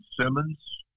Simmons